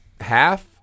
half